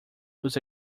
use